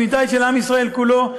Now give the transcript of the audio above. השמיטה היא של עם ישראל כולו,